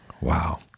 Wow